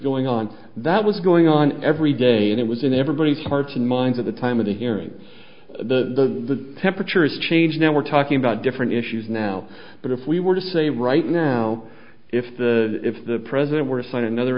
going on that was going on every day and it was in everybody's hearts and minds at the time of the hearings the temperature has changed now we're talking about different issues now but if we were to say right now if the if the president were to sign another